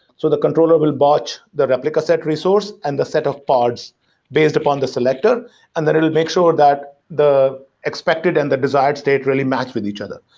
so the controller will batch the replica set resource and the set of pods based upon the selector and then it will make sure that the expected and the desired state really match with each other.